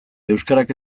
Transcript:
euskarak